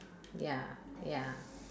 ya ya